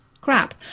crap